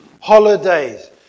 Holidays